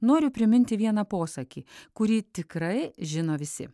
noriu priminti vieną posakį kurį tikrai žino visi